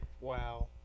Wow